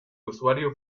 usuario